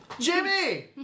Jimmy